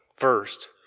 First